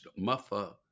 Muffa